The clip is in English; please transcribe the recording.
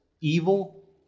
evil